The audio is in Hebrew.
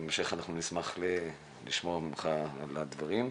בהמשך אנחנו נשמח לשמוע ממך על הדברים.